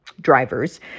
drivers